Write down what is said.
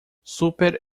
super